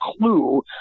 clue